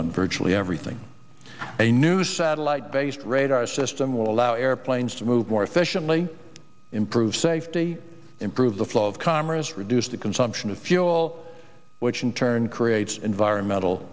on virtually everything a new satellite based radar system will allow airplanes to move more efficiently improve safety improve the flow of commerce reduce the consumption of fuel which in turn creates environmental